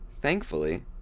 thankfully